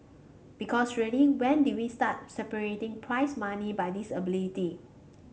because really when did we start separating prize money by disability